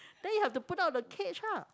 then you have to put down the cage lah